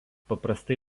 paprastai